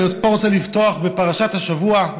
ואני פה רוצה לפתוח בפרשת השבוע,